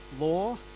law